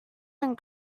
not